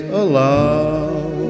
allow